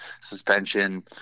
suspension